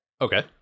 Okay